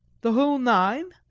the whole nine?